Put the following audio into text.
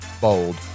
bold